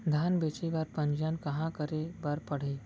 धान बेचे बर पंजीयन कहाँ करे बर पड़ही?